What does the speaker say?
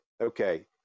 okay